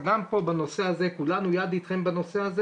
אז גם פה בנושא הזה כולנו יד איתכם בנושא הזה